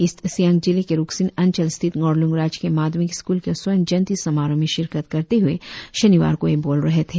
east Siang जिले के रुकसिन अंचल स्थित डोरलुंग राजकीय माध्यमिक स्क्रल के स्वर्ण जयंती समारोह में शिरकत करते हुए शनिवार को वे बोल रहे थे